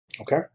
Okay